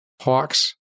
hawks